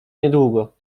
niedługo